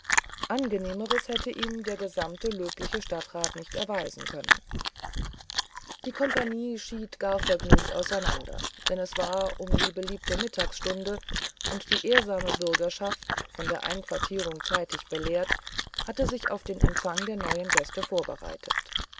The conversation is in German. angenehmeres hätte ihm der gesamte löbliche stadtrat nicht erweisen können die kompanie schied gar vergnügt auseinander denn es war um die beliebte mittagsstunde und die ehrsame bürgerschaft von der einquartierung zeitig belehrt hatte sich auf den empfang der neuen gäste vorbereitet